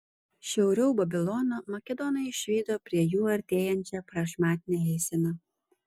šiauriau babilono makedonai išvydo prie jų artėjančią prašmatnią eiseną